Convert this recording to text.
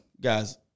guys